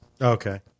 Okay